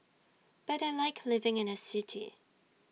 but I Like living in A city